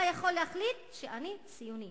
אתה יכול להחליט, אני ציוני.